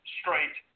straight